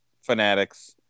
fanatics